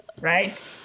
Right